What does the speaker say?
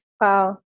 Wow